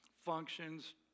functions